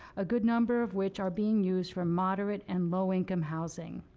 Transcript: a good number of which are being used for moderate and low-income housing.